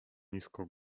nisko